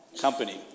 Company